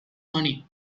money